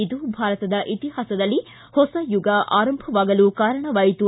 ಇದು ಭಾರತದ ಇತಿಹಾಸದಲ್ಲಿ ಹೊಸ ಯುಗ ಆರಂಭವಾಗಲು ಕಾರಣವಾಯಿತು